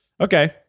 Okay